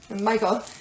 Michael